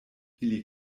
ili